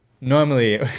Normally